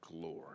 glory